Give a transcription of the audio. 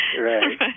right